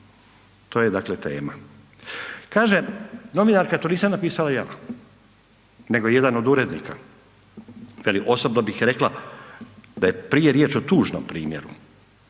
to je tema. Kaže novinarka, to nisam napisala ja nego jedan od urednika, veli osobno bih rekla da je prije riječ o tužnom primjeru.